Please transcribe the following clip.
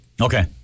Okay